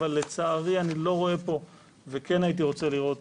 אבל לצערי אני לא רואה פה וכן הייתי רוצה לראות